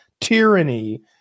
tyranny